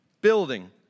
building